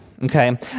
Okay